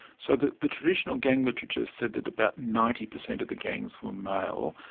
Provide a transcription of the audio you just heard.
so the the traditional gang literature said that about ninety per cent of the gangs were male.